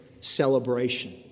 celebration